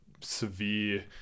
severe